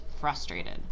frustrated